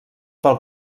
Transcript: pel